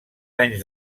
anys